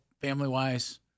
family-wise